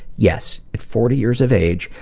yes, at forty years of age,